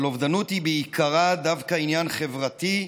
אבל אובדנות היא בעיקרה דווקא עניין חברתי,